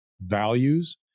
values